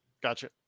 Gotcha